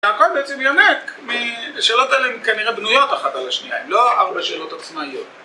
הכל בעצם יונק, השאלות האלה הן כנראה בנויות אחת על השנייה, הן לא ארבע שאלות עצמאיות